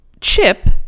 Chip